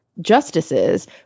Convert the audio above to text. justices